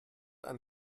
ein